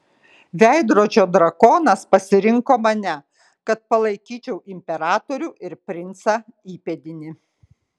veidrodžio drakonas pasirinko mane kad palaikyčiau imperatorių ir princą įpėdinį